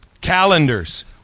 Calendars